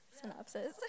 synopsis